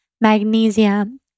magnesium